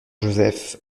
joseph